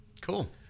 Cool